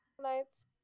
nights